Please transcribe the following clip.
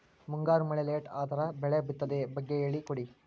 ಮುಂಗಾರು ಮಳೆ ಲೇಟ್ ಅದರ ಬೆಳೆ ಬಿತದು ಬಗ್ಗೆ ಹೇಳಿ ಕೊಡಿ?